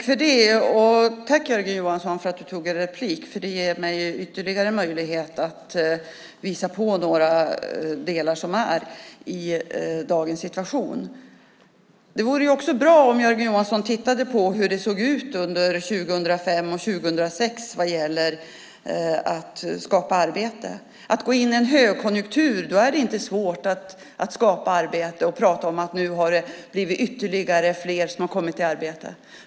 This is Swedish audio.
Fru talman! Tack, Jörgen Johansson, för att du tog en replik! Det ger mig nämligen ytterligare möjligheter att visa på några delar i dagens situation. Det vore också bra om Jörgen Johansson tittade på hur det såg ut under 2005 och 2006 vad gäller att skapa arbeten. Går man in i en högkonjunktur är det inte svårt att skapa arbeten och prata om att det nu har blivit ytterligare fler som har kommit i arbete.